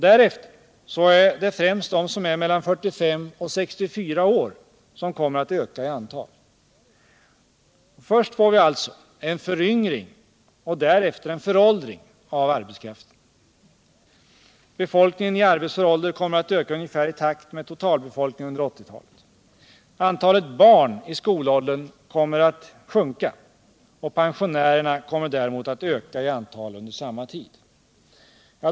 Därefter är det främst de som är mellan 45 och 64 år som kommer att öka i antal. Först får vi alltså en föryngring och därefter en föråldring av arbetskraften. Befolkningen i arbetsför ålder kommer att öka ungefär i takt med totalbefolkningen under 1980-talet. Antalet barn i skolåldern kommer att sjunka. Pensionärerna kommer däremot att öka i antal under samma tid.